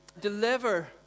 deliver